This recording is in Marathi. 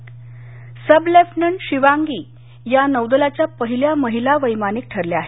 शिवांगी सब लेफ्टनंट शिवांगी या नौदलाच्या पहिल्या महिला वैमानिक ठरल्या आहेत